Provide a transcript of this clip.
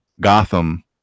gotham